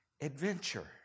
adventure